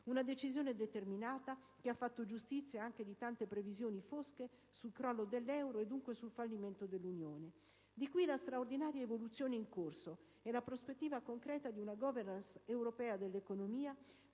Una decisone determinata che ha fatto giustizia anche di tante previsioni fosche sul crollo dell'euro e dunque del fallimento dell'Unione. Di qui la straordinaria evoluzione in corso e la prospettiva concreta di una *governance* europea dell'economia,